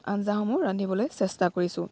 আঞ্জাসমূহ ৰান্ধিবলৈ চেষ্টা কৰিছোঁ